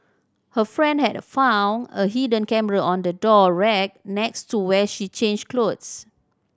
her friend had found a hidden camera on the door rack next to where she changed clothes